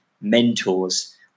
mentors